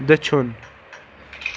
دٔچھُن